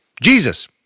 Jesus